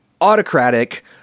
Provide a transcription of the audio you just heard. autocratic